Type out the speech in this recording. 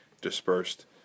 dispersed